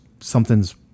something's